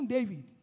David